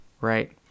right